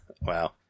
Wow